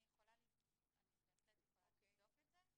אני בהחלט יכולה לבדוק את זה.